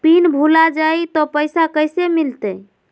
Pin भूला जाई तो पैसा कैसे मिलते?